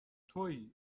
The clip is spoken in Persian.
توئی